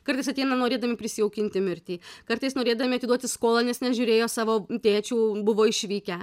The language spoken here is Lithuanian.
kartais ateina norėdami prisijaukinti mirtį kartais norėdami atiduoti skolą nes nežiūrėjo savo tėčių buvo išvykę